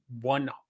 one